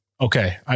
okay